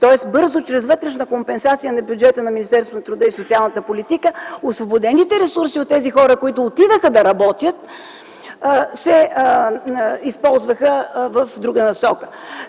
Тоест чрез вътрешна компенсация на бюджета на Министерството на труда и социалната политика освободените ресурси от тези хора, които отидоха да работят, се използваха в друга насока.